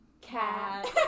Cat